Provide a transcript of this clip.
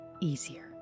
easier